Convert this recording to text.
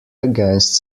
against